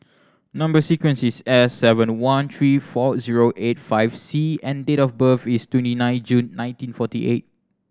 number sequence is S seven one three four zero eight five C and date of birth is twenty nine June nineteen forty eight